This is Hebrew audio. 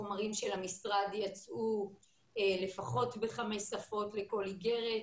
חומרים של המשרד יצאו לפחות בחמש שפות לכל איגרת,